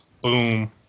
boom